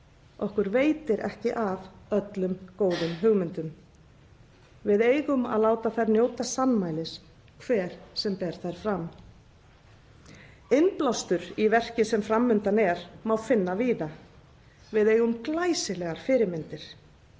Okkur veitir ekki af öllum góðum hugmyndum. Við eigum að láta þær njóta sannmælis hver sem ber þær fram. Innblástur í verkið, sem fram undan er, má finna víða. Við eigum glæsilegar fyrirmyndir.